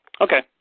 Okay